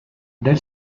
del